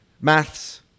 maths